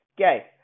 Okay